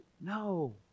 No